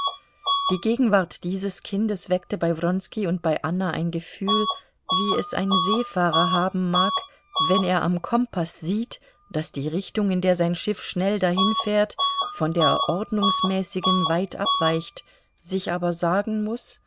die gegenwart dieses kindes weckte bei wronski und bei anna ein gefühl wie es ein seefahrer haben mag wenn er am kompaß sieht daß die richtung in der sein schiff schnell dahinfährt von der ordnungsmäßigen weit abweicht sich aber sagen muß